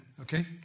Okay